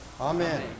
Amen